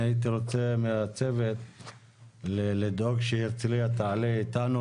אני הייתי רוצה מהצוות לדאוג שהרצליה תעלה איתנו,